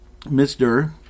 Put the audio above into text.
Mr